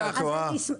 את טועה.